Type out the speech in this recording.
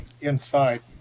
inside